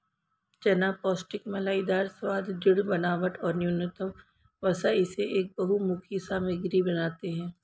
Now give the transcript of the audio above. चना पौष्टिक मलाईदार स्वाद, दृढ़ बनावट और न्यूनतम वसा इसे एक बहुमुखी सामग्री बनाते है